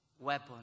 weapon